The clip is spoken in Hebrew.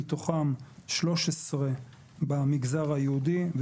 מתוכם 13 במגזר היהודי,